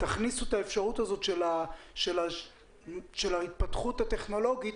תכניסו את האפשרות הזאת של ההתפתחות הטכנולוגית